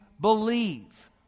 believe